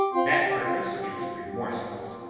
that purpose is remorseless.